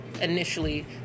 initially